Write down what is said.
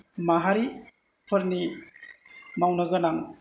माहारिफोरनि मावनो गोनां